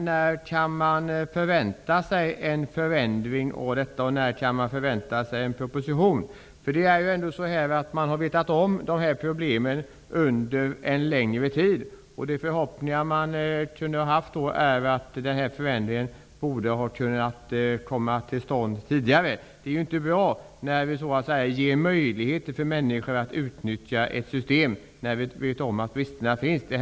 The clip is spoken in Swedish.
När kan vi förvänta oss en förändring av detta? När kan vi förvänta oss en proposition? Man har vetat om de här problemen under en längre tid. Då borde en förändring ha kunnat komma till stånd tidigare. Det är inte bra när vi ger möjligheter för människor att utnyttja ett system där vi vet om att det finns brister.